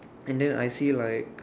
and then I see like